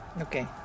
Okay